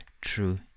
true